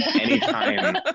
anytime